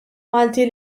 malti